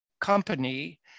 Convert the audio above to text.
company